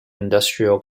industrial